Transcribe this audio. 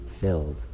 filled